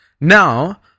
Now